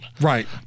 Right